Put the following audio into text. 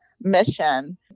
mission